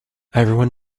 everyone